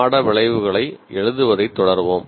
பாட விளைவுகளை எழுதுவதைத் தொடருவோம்